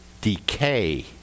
decay